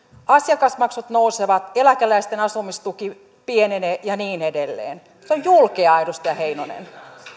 asiakasmaksut nousevat eläkeläisten asumistuki pienenee ja niin edelleen se on julkeaa edustaja heinonen